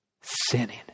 sinning